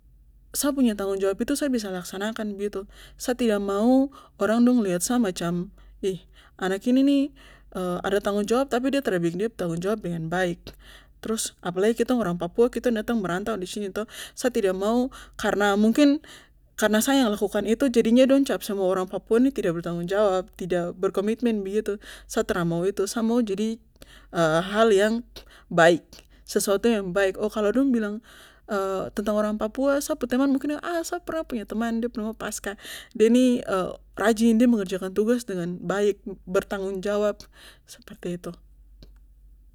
Sa punya tanggung jawab itu sa bisa laksanakan begitu sa tidak mau orang dong liat sa macam ih anak ini nih ada tanggung jawab tapi de tra bikin de pu tanggung jawab dengan baik trus apalagi kitong orang papua kita datang merantau disini toh sa tidak mau karna mungkin karna sa yang lakukan itu jadinya dong cap semua orang papua ini tidak bertanggung jawab tidak berkomitmen begitu sa tra mau itu sa mau jadi hal yang baik sesuatu yang baik oh kalo dong bilang tentang orang papua sa pu teman mungkin de bilang ah sa pernah punya teman de nama paskah de ini rajin de mengerjakan tugas dengan baik bertanggung jawab seperti itu.